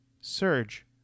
Surge